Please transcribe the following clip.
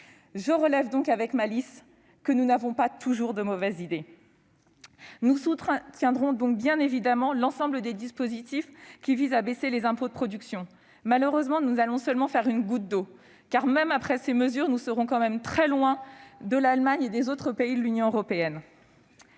Je relève donc avec malice que nous n'avons pas toujours de mauvaises idées ! Nous soutiendrons bien évidemment l'ensemble des dispositifs qui visent à baisser les impôts de production. Il n'est question en la matière, malheureusement, que d'une goutte d'eau : même en comptant ces mesures, nous resterons encore très loin de l'Allemagne et des autres pays de l'Union européenne.